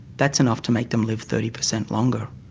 that's enough to make them live thirty percent longer.